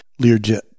Learjet